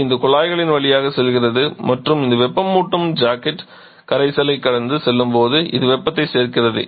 இது இந்த குழாய்களின் வழியாக செல்கிறது மற்றும் இந்த வெப்பமூட்டும் ஜாக்கெட் கரைசலைக் கடந்து செல்லும்போது இது வெப்பத்தை சேர்க்கிறது